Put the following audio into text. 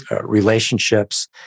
relationships